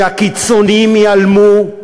שהקיצוניים ייעלמו,